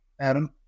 Adam